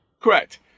Correct